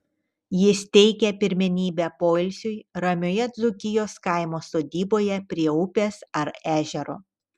jis teikia pirmenybę poilsiui ramioje dzūkijos kaimo sodyboje prie upės ar ežero